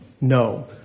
no